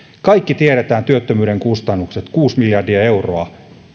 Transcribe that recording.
kaikki tiedämme työttömyyden kustannukset kuusi miljardia euroa